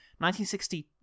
1960